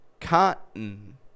cotton